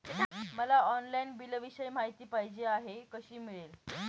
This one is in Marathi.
मला ऑनलाईन बिलाविषयी माहिती पाहिजे आहे, कशी मिळेल?